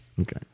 Okay